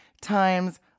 times